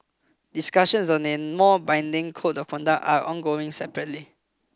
discussions on name more binding Code of Conduct are ongoing separately